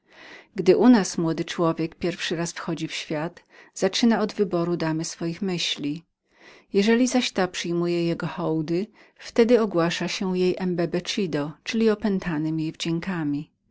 gdy młody człowiek u nas pierwszy raz wychodzi na świat naprzód zaczyna od wyboru damy swoich myśli jeżeli zaś ta przyjmuje jego hołdy wtedy ogłasza się jej embecevido czyli opętanym jej